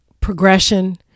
progression